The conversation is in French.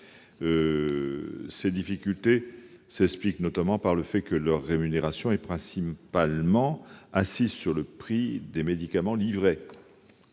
Les difficultés s'expliquent notamment par le fait que leur rémunération est principalement assise sur le prix des médicaments livrés.